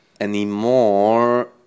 anymore